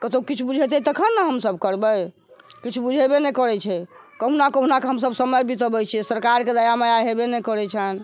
कतौ किछु बुझेतै तखन ने हमसब करबै किछु बुझेबे नहि करै छै कहुना कहुना कऽ हमसब समय बितबै छियै सरकारके दायामाया हेबे नहि करै छनि